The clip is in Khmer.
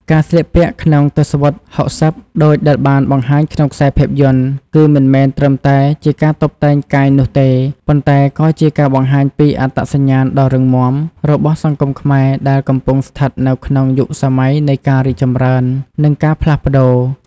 ការស្លៀកពាក់ក្នុងទស្សវត្ស៦០ ដូចដែលបានបង្ហាញក្នុងខ្សែភាពយន្ត គឺមិនមែនត្រឹមតែជាការតុបតែងកាយនោះទេ ប៉ុន្តែក៏ជាការបង្ហាញពី អត្តសញ្ញាណដ៏រឹងមាំ របស់សង្គមខ្មែរដែលកំពុងស្ថិតនៅក្នុងយុគសម័យនៃការរីកចម្រើន និងការផ្លាស់ប្តូរ។